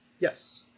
Yes